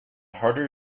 harder